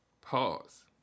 Pause